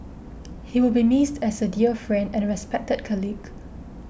he will be missed as a dear friend and respected colleague